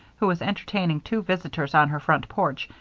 who was entertaining two visitors on her front porch,